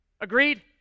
Agreed